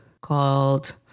called